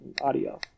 audio